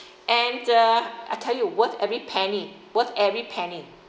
and uh I tell you worth every penny worth every penny